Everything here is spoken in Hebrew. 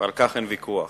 ועל כך אין ויכוח.